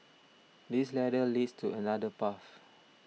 this ladder leads to another path